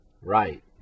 Right